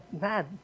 mad